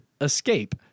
Escape